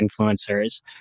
influencers